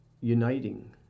uniting